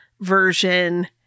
version